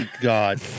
god